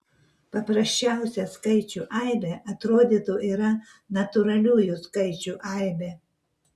paprasčiausia skaičių aibė atrodytų yra natūraliųjų skaičių aibė